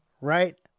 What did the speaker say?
Right